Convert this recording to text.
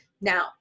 now